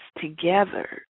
together